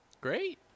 Great